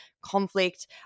conflict